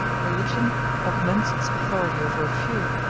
religion augments its authority over a few,